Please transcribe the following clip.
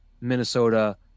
Minnesota